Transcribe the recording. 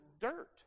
dirt